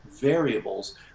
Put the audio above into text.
variables